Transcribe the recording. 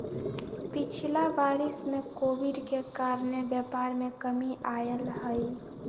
पिछिला वरिस में कोविड के कारणे व्यापार में कमी आयल हइ